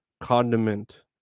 condiment